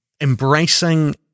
embracing